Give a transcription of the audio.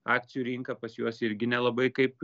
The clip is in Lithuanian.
akcijų rinka pas juos irgi nelabai kaip